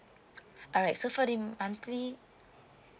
alright so for the monthly